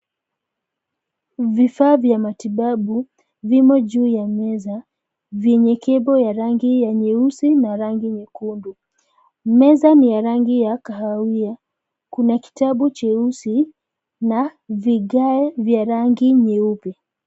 Vifaa vya matibabu vimo juu ya meza, vyenye cable ya rangi ya nyeusi na rangi nyekundu. Meza ni ya rangi ya kahawia. Kuna kitabu cheusi na vigae vya rangi nyeupe.